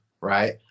right